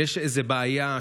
יש איזו בעיה,